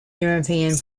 european